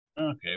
Okay